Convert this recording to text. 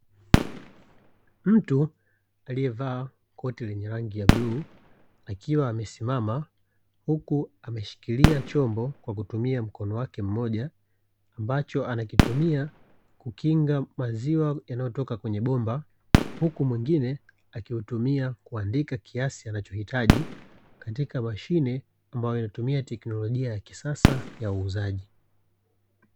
Mtu aliyevaa koti lenye rangi ya bluu akiwa amesimama huku ameshikilia chombo kwa kutumia mkono wake mmoja, ambacho anakitumia kukinga maziwa yanayotoka kwenye bomba huku mwingine akiutumia kuandika kiasi anachohitaji katika mashine ambayo inatumia teknolojia ya kisasa ya uuzaji.